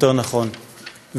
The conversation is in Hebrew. יותר נכון,